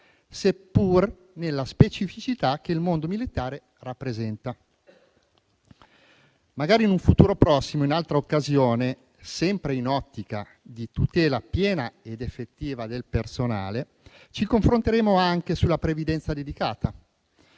seppur nella specificità che il mondo militare rappresenta. Magari in un futuro prossimo, in altra occasione, sempre in ottica di tutela piena ed effettiva del personale, ci confronteremo anche sulla previdenza dedicata